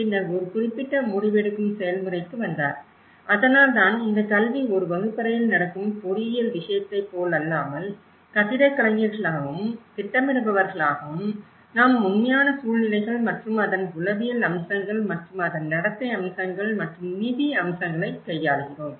பின்னர் ஒரு குறிப்பிட்ட முடிவெடுக்கும் செயல்முறைக்கு வந்தார் அதனால் தான் இந்த கல்வி ஒரு வகுப்பறையில் நடக்கும் பொறியியல் விஷயத்தைப் போலல்லாமல் கட்டிடக் கலைஞர்களாகவும் திட்டமிடுபவர்களாகவும் நாம் உண்மையான சூழ்நிலைகள் மற்றும் அதன் உளவியல் அம்சங்கள் மற்றும் அதன் நடத்தை அம்சங்கள் மற்றும் நிதி அம்சங்களைக் கையாளுகிறோம்